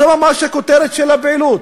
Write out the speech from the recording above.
זו ממש הכותרת של הפעילות,